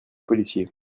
policiers